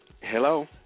Hello